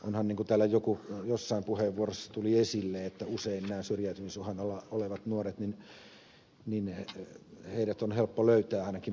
onhan niin kuin täällä jossain puheenvuorossa tuli esille usein nämä syrjäytymisuhan alla olevat nuoret helppo löytää ainakin peruskouluaikana ja jopa aikaisemminkin